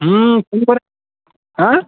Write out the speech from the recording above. হুম phone করে হ্যাঁ